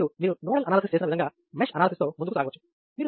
మరియు మీరు nodal analysis చేసిన విదంగా మెష్ అనాలసిస్ తో ముందుకు సాగవచ్చు